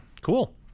cool